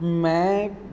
ਮੈਂ